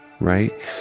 right